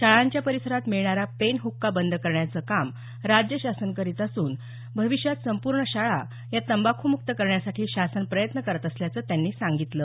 शाळांच्या परिसरात मिळणारा पेन हक्का बंद करण्याचे काम राज्य शासन करीत असून भविष्यात संपूर्ण शाळा या तंबाखूमुक्त करण्यासाठी शासन प्रयत्न करत असल्याचं त्यांनी सांगितलं